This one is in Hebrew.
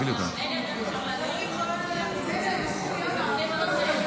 נגיף הקורונה החדש).